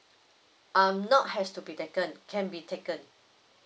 um not has to be taken can be taken